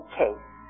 case